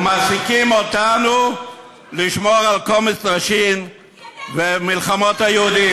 ומעסיקים אותנו לשמור על קומץ נשים ומלחמות היהודים.